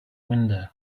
window